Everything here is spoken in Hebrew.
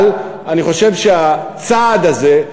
אבל אני חושב שהצעד הזה,